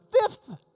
Fifth